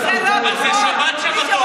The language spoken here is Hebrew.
זה לא בחוק, זה בדיוק העניין.